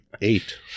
eight